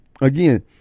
again